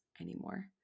anymore